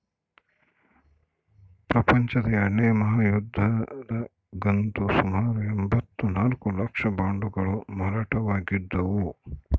ಪ್ರಪಂಚದ ಎರಡನೇ ಮಹಾಯುದ್ಧದಗಂತೂ ಸುಮಾರು ಎಂಭತ್ತ ನಾಲ್ಕು ಲಕ್ಷ ಬಾಂಡುಗಳು ಮಾರಾಟವಾಗಿದ್ದವು